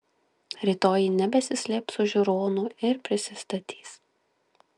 rytoj ji nebesislėps už žiūronų ir prisistatys